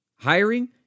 Hiring